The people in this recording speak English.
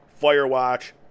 Firewatch